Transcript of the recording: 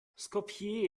skopje